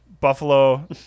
Buffalo